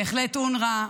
בהחלט אונר"א,